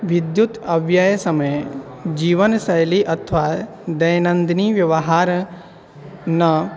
विद्युत् अव्यायसमये जीवनशैली अथवा दैनन्दिनः व्यवहारः न